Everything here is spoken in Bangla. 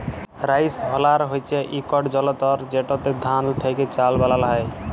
রাইস হুলার হছে ইকট যলতর যেটতে ধাল থ্যাকে চাল বালাল হ্যয়